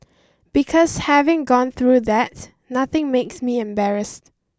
because having gone through that nothing makes me embarrassed